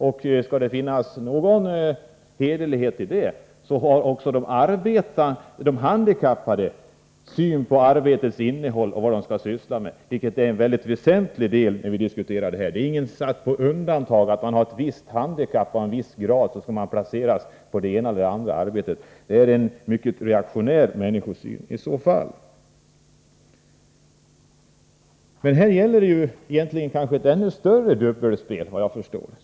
Om man ärligt menar detta, bör man också ta hänsyn till de handikappades syn på vad de skall syssla med och på arbetsinnehållet i de uppgifter som de fullgör. Det är ett mycket väsentligt inslag i det som vi nu diskuterar. Ingen skall sättas på undantag. Att den som har ett visst handikapp eller ett handikapp av en viss grad skall placeras endast på vissa typer av arbeten är uttryck för en mycket reaktionär människosyn. Men här gäller det såvitt jag förstår egentligen ett ännu större dubbelspel.